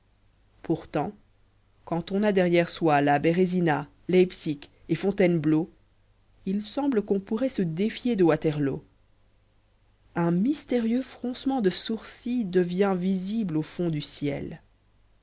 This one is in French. pourtant quand on a derrière soi la bérésina leipsick et fontainebleau il semble qu'on pourrait se défier de waterloo un mystérieux froncement de sourcil devient visible au fond du ciel